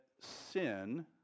sin